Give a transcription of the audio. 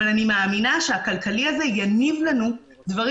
אבל אני מאמינה שהכלכלי הזה יניב לנו דברים